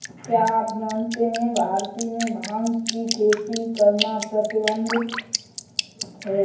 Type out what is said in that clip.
क्या आप जानते है भारत में भांग की खेती करना प्रतिबंधित है?